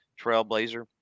trailblazer